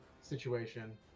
situation